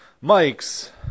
Mike's